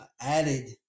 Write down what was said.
added